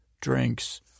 drinks